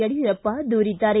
ಯಡಿಯೂರಪ್ಪ ದೂರಿದ್ದಾರೆ